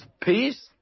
peace